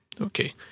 Okay